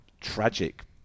tragic